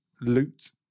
loot